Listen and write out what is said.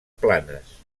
planes